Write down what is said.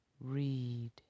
read